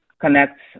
connects